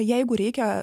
jeigu reikia